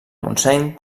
montseny